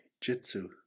Jitsu